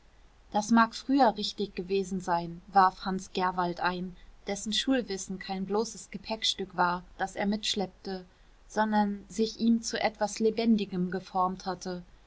das mag früher richtig gewesen sein warf hans gerwald ein dessen schulwissen kein bloßes gepäckstück war das er mitschleppte sondern sich in ihm zu etwas lebendigem geformt hatte